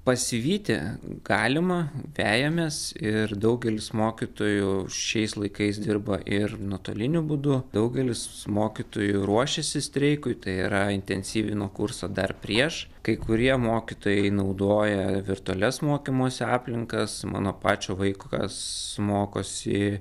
pasivyti galima vejamės ir daugelis mokytojų šiais laikais dirba ir nuotoliniu būdu daugelis mokytojų ruošėsi streikui tai yra intensyvino kursą dar prieš kai kurie mokytojai naudoja virtualias mokymosi aplinkas mano pačio vaikas mokosi